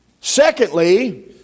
Secondly